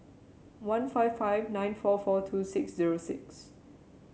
one five five nine four four two six zero six